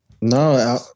No